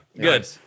good